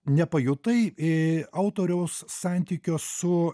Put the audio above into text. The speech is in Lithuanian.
nepajutai į autoriaus santykio su